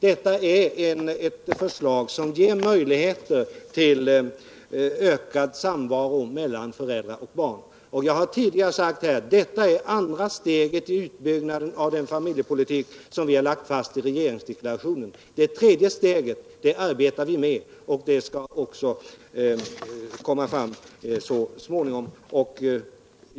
Det här är ett förslag som ger möjligheter till ökad samvaro mellan föräldrar och barn. Jag har tidigare sagt: Detta är andra steget i utbyggnaden av den familjepolitik som vi har lagt fast i regeringsdeklarationen. Det tredje steget arbetar vi med och det skall också tas så småningom.